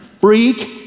freak